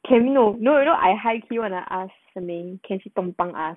can we no no you know I high key [one] ah I ask shermaine can she 帮帮 I ask